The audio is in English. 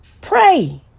Pray